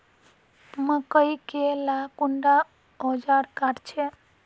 मकई के ला कुंडा ओजार काट छै?